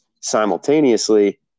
simultaneously